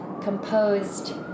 composed